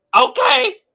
Okay